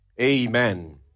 Amen